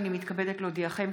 הינני מתכבדת להודיעכם,